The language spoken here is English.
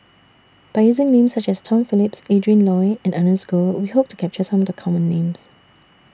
By using Names such as Tom Phillips Adrin Loi and Ernest Goh We Hope to capture Some of The Common Names